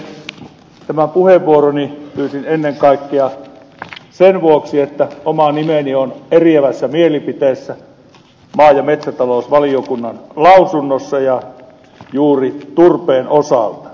mutta arvoisa puhemies tämän puheenvuoroni pyysin ennen kaikkea sen vuoksi että oma nimeni on eriävässä mielipiteessä maa ja metsätalousvaliokunnan lausunnossa ja juuri turpeen osalta